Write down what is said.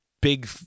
big